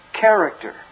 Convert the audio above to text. character